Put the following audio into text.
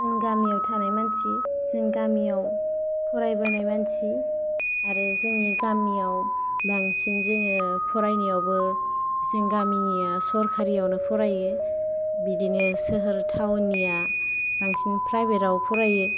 जों गामिआव थानाय मानसि जों गामिआव फरायबोनाय मानसि आरो जोंनि गामिआव बांसिन जोंङो फराय नायावबो जोंनि गामिनिआ सरकारिआवनो फरायो बिदिनो सोहोर थावननिआ बांसिन प्राइबेटाव फरायो